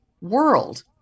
world